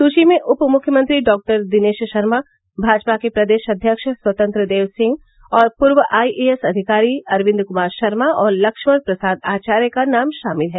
सूची में उप मुख्यमंत्री डॉक्टर दिनेश शर्मा भाजपा के प्रदेश अध्यक्ष स्वतंत्र देव सिंह और पूर्व आईएएस अधिकारी अरविंद कुमार शर्मा और लक्षण प्रसाद आचार्य का नाम शामिल है